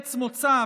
ארץ מוצא,